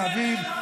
כיבדתי את אביו,